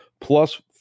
plus